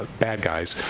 ah bad guys,